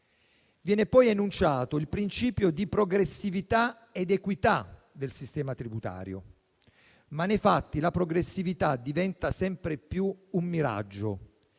Viene poi enunciato il principio di progressività ed equità del sistema tributario, ma nei fatti la progressività diventa sempre più un miraggio